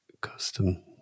custom